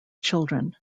children